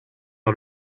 par